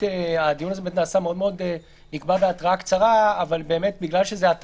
כדי שההטבה הזאת תגיע כמה שיותר מהר